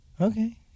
Okay